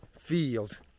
field